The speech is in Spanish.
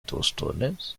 tostones